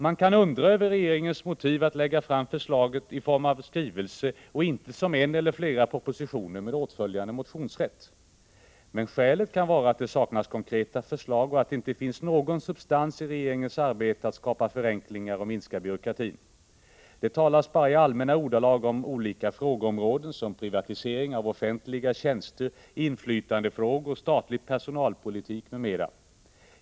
Man kan undra över regeringens motiv att lägga fram förslaget i form av en skrivelse och inte i form av en eller flera propositioner med åtföljande motionsrätt. Men skälet kan vara att det saknas konkreta förslag och att det inte finns någon substans i regeringens arbete med att skapa förenklingar och minska byråkratin. Det talas bara i allmänna ordalag om olika frågeområden såsom privatisering av offentliga tjänster, inflytandefrågor, statlig personalpolitik, m.m.